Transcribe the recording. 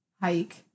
hike